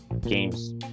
games